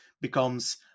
becomes